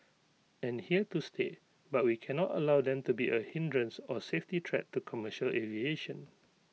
are here to stay but we can not allow them to be A hindrance or safety threat to commercial aviation